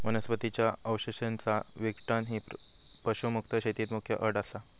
वनस्पतीं च्या अवशेषांचा विघटन ही पशुमुक्त शेतीत मुख्य अट असा